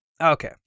okay